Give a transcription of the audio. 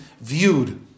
viewed